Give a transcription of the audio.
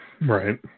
Right